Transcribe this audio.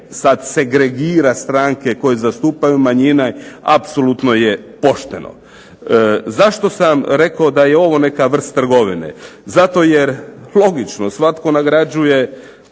ne segregira stranke koje ne zastupaju manjine apsolutno je pošteno. Zašto sam rekao da je ovo neka vrst trgovine? Zato jer logično svatko nagrađuje